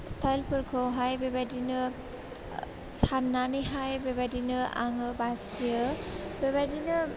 स्टाइफोरखौहाय बेबायदिनो सानानैहाय बेबायदिनो आङो बासियो बेबायदिनो